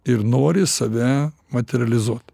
ir nori save materializuot